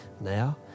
Now